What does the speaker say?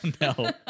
no